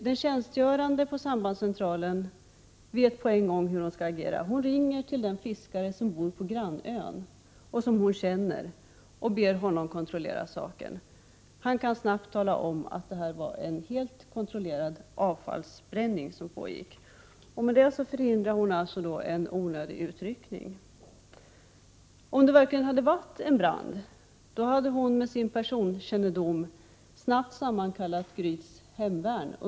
Den tjänstgörande på sambandscentralen vet med en gång hur hon skall agera. Hon ringer till den fiskare som bor på grannön och som hon 137 känner och ber honom kontrollera saken. Han kan snabbt tala om att det var en helt kontrollerad avfallsbränning som pågick. Med detta samtal förhindrade alltså den tjänstgörande på sambandscentralen en onödig utryckning. Om det verkligen hade varit en okontrollerad brand, hade hon med sin personkännedom snabbt sammankallat Gryts hemvärn.